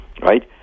Right